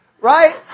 Right